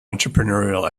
entrepreneurial